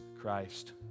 Christ